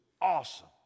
awesome